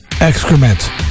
Excrement